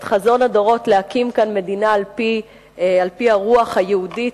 חזון הדורות להקים כאן מדינה על-פי הרוח היהודית,